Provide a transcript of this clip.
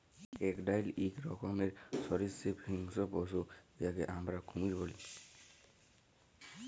crocodile ইক রকমের সরীসৃপ হিংস্র পশু উয়াকে আমরা কুমির ব্যলি